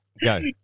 go